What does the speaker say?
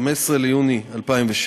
15 ביוני 2016,